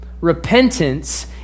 Repentance